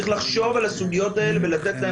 צריך לחשוב על הסוגיות האלה ולתת להן